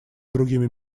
другими